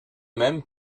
même